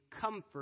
comfort